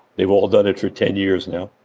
they've all done it for ten years now.